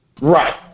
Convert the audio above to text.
Right